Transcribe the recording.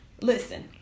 Listen